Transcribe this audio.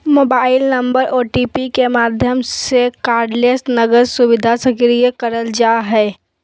mobile number OTP के माध्यम से कार्डलेस नकद सुविधा सक्रिय करल जा हय